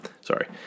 sorry